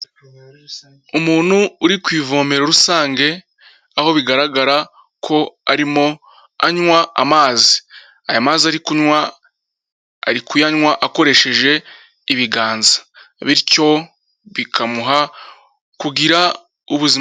Umuntu uri ku ivomero rusange, aho bigaragara ko arimo anywa amazi, aya mazi ari kunywa, ari kuyanywa akoresheje ibiganza, bityo bikamuha kugira ubuzima.